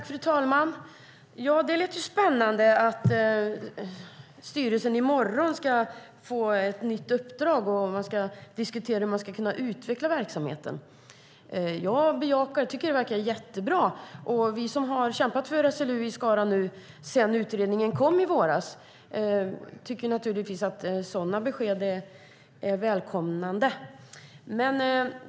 Fru talman! Det lät spännande att SLU:s styrelse ska få ett nytt uppdrag i morgon om hur man ska kunna utveckla verksamheten. Det verkar jättebra. Vi som har kämpat för SLU i Skara sedan utredningen kom i våras tycker givetvis att sådana besked är välkomna.